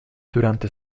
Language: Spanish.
durante